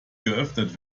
geöffnet